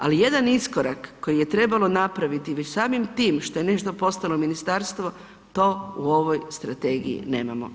Ali, jedan iskorak koji je trebalo napraviti već samim tim što je nešto postalo ministarstvo, to u ovoj strategiji nemamo.